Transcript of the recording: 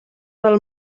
del